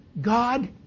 God